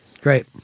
Great